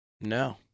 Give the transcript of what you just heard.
No